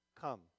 come